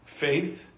faith